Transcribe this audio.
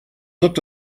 looked